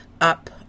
up